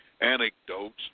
anecdotes